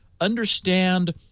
understand